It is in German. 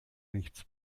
nichts